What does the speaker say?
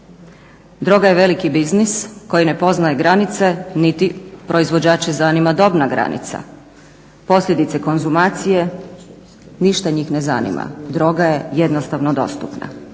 Droga je veliki biznis koji ne poznaje granice niti proizvođače zanima dobna granica. Posljedice konzumacije ništa njih ne zanima, droga je jednostavno dostupna.